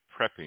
prepping